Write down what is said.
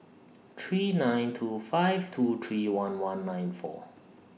three nine two five two three one one nine four